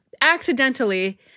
accidentally